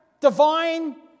divine